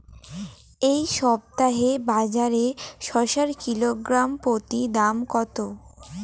এই সপ্তাহে বাজারে শসার কিলোগ্রাম প্রতি দাম কত?